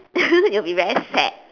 you'll be very sad